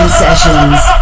sessions